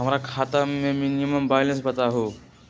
हमरा खाता में मिनिमम बैलेंस बताहु?